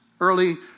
Early